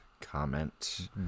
comment